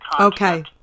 okay